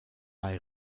bei